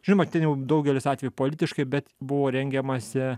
žinoma daugelis atvejų politiškai bet buvo rengiamasi